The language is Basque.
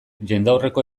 jendaurreko